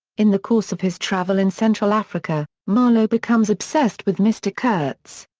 in the course of his travel in central africa, marlow becomes obsessed with mr. kurtz.